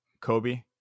Kobe